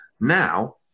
Now